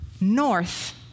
north